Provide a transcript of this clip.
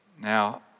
Now